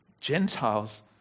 Gentiles